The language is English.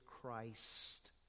Christ